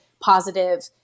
positive